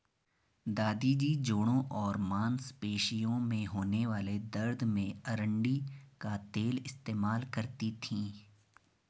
दादी जी जोड़ों और मांसपेशियों में होने वाले दर्द में अरंडी का तेल इस्तेमाल करती थीं